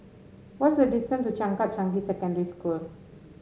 what is the distance to Changkat Changi Secondary School